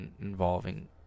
involving